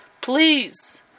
Please